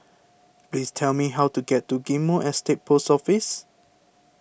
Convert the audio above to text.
please tell me how to get to Ghim Moh Estate Post Office